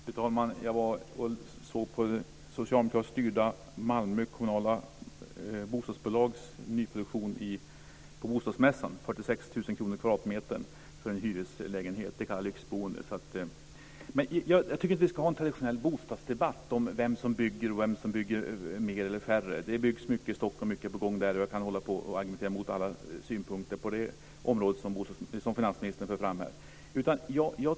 Fru talman! Jag var och såg på det socialdemokratiskt styrda Malmös kommunala bostadsbolags nyproduktion på bostadsmässan - 46 000 kr kvadratmetern för en hyreslägenhet. Det kallar jag lyxboende. Jag tycker inte att vi ska ha en traditionell bostadsdebatt om vem som bygger mycket eller lite. Det byggs mycket i Stockholm. Mycket är på gång. Jag kan argumentera emot alla synpunkter på det området som finansministern för fram.